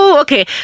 Okay